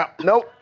Nope